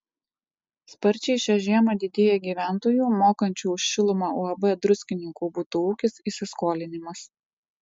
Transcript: sparčiai šią žiemą didėja gyventojų mokančių už šilumą uab druskininkų butų ūkis įsiskolinimas